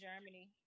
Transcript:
Germany